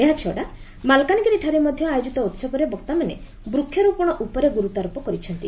ଏହାଛଡ଼ା ମାଲକାନଗିରିଠାରେ ମଧ୍ଧ ଆୟୋଜିତ ଉହବରେ ବକ୍ତାମାନେ ବୃଷରୋପଣ ଉପରେ ଗୁରୁତ୍ୱାରୋପ କରିଛନ୍ତି